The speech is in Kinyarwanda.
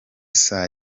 saa